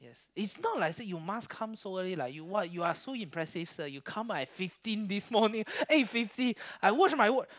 it's not like say you must come so early lah you are you are so impressive sir you come eight fifteen this morning eight fifty I watch my watch